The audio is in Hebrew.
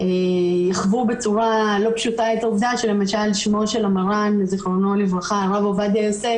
יחוו בצורה לא פשוטה שלמשל שמו של המר"ן זיכרונו לברכה הרב עובדיה יוסף